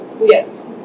Yes